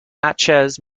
natchez